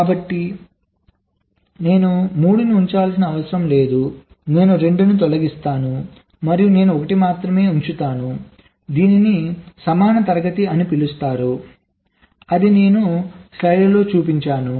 కాబట్టి నేను 3 ని ఉంచాల్సిన అవసరం లేదు నేను 2 ని తొలగిస్తాను మరియు నేను 1 మాత్రమే ఉంచుతాను దీనిని సమాన తరగతి అని పిలుస్తారు అదే నేను స్లైడ్లలో చూపించాను